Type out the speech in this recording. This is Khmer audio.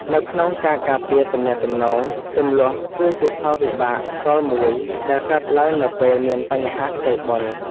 នៅក្នុងការការពារទំនាក់ទំនង ជម្លោះគឺជាផលវិបាកផ្ទាល់មួយដែលកើតឡើងនៅពេលមានបញ្ហាខ្ចីបុល។